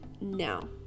now